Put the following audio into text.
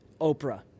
Oprah